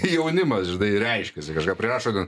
jaunimas žinai reiškiasi kažką prirašo ten